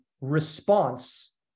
response